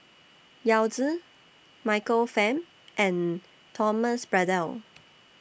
Yao Zi Michael Fam and Thomas Braddell